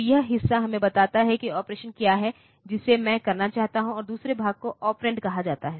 तो यह हिस्सा हमें बताता है कि ऑपरेशन क्या है जिसे मैं करना चाहता हूं और दूसरे भाग को ऑपरेंड कहा जाता है